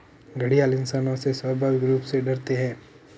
घड़ियाल इंसानों से स्वाभाविक रूप से डरते है